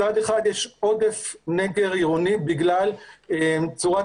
מצד אחד יש עודף נגר עירוני בגלל צורת